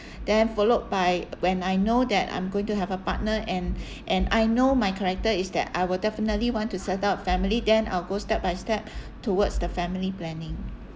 then followed by when I know that I'm going to have a partner and and I know my character is that I will definitely want to set up family then I'll go step by step towards the family planning